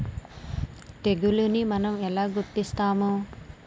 తెగులుని మనం ఎలా గుర్తిస్తాము?